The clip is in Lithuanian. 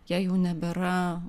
jie jau nebėra